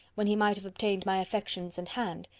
when he might have obtained my affections and hand,